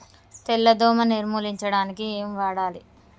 తెల్ల దోమ నిర్ములించడానికి ఏం వాడాలి?